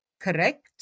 correct